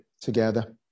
together